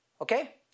Okay